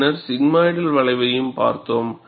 பின்னர் சிக்மாய்டல் வளைவையும் பார்த்தோம்